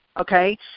okay